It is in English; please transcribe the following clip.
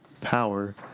power